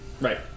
Right